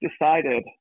decided